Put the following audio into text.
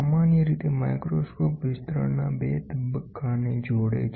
સામાન્ય રીતે માઇક્રોસ્કોપવિસ્તરણના 2 તબક્કા ને જોડે છે